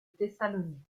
thessalonique